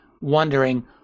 wondering